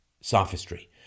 sophistry